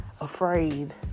afraid